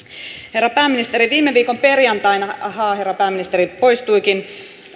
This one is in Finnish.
herra pääministeri viime viikon perjantaina ahaa herra pääministeri poistuikin